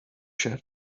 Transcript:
shared